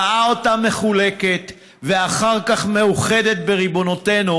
ראה אותה מחולקת ואחר כך מאוחדת בריבונותנו,